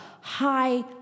high